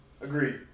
Agreed